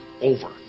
over